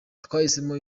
twahisemo